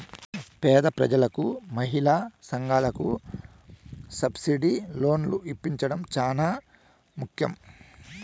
పేద ప్రజలకు మహిళా సంఘాలకు సబ్సిడీ లోన్లు ఇప్పించడం చానా ముఖ్యం